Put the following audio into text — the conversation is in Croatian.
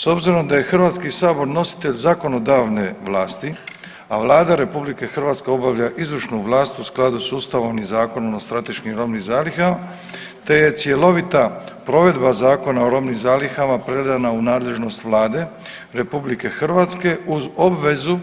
S obzirom da je HS nositelj zakonodavne vlasti, a Vlada RH obavlja izvršnu vlast u skladu s Ustavom i Zakonom o strateškim robnim zalihama te je cjelovita provedba Zakona o robnim zalihama predana u nadležnost Vlade RH uz obvezu